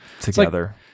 together